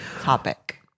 topic